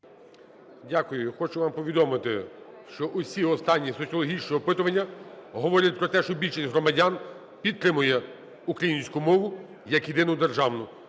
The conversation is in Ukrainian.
Дякую. Хочу вам повідомити, що усі останні соціологічні опитуванні говорять про те, що більшість громадян підтримує українську мову як єдину державну,